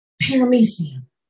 Paramecium